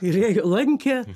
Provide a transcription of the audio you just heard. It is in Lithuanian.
ir ėjo lankė